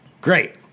Great